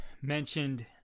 mentioned